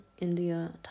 India